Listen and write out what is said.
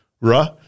rah